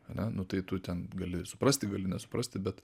ane nu tai tu ten gali suprasti gali nesuprasti bet